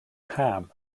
ham